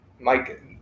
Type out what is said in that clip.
Mike –